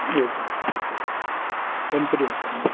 welcome Ganpati Bappa Morya